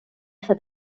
esa